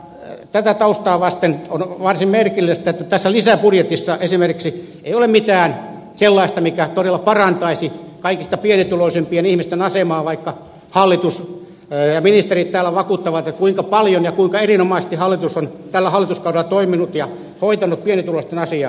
tätä taustaa vasten on varsin merkillistä että esimerkiksi tässä lisäbudjetissa ei ole mitään sellaista mikä todella parantaisi kaikista pienituloisimpien ihmisten asemaa vaikka hallitus ja ministerit täällä vakuuttavat kuinka paljon ja kuinka erinomaisesti hallitus on tällä hallituskaudella toiminut ja hoitanut pienituloisten asiaa